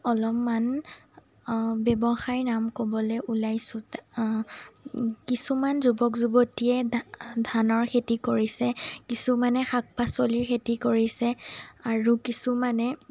অলপমান ব্যৱসায়ৰ নাম ক'বলৈ ওলাইছোঁ কিছুমান যুৱক যুৱতীয়ে ধা ধানৰ খেতি কৰিছে কিছুমানে শাক পাচলিৰ খেতি কৰিছে আৰু কিছুমানে